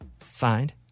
Signed